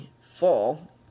fall